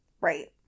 Right